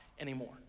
anymore